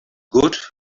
good